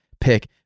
pick